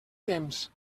temps